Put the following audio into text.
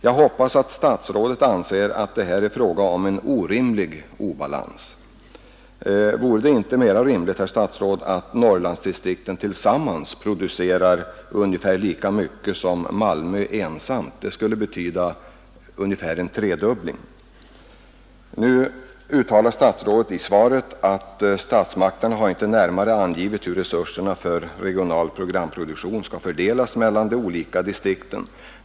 Jag hoppas att statsrådet anser att det här är fråga om orimlig obalans. Vore det inte lämpligt, herr statsråd, att Norrlandsdistrikten tillsammans åtminstone producerade ungefär lika mycket som Malmö ensamt? Det skulle betyda ungefär en tredubbling. Nu uttalar statsrådet i svaret att statsmakterna inte har närmare angivit hur resurserna för regional programproduktion skall fördelas mellan de olika distrikten.